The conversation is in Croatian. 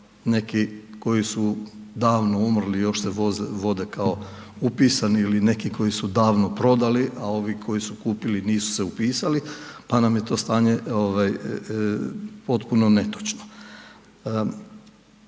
neki koji su davno umrli, još se vode kao upisani ili neki koji su davno prodali a ovi koji su kupili, nisu se upisali pa nam je to stanje potpuno netočno.